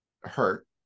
hurt